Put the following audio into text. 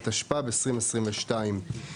התשפ"ב-2022.